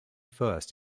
first